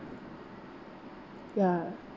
ya